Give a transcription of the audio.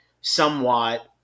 somewhat